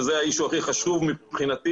וזה האישיו הכי חשוב מבחינתי,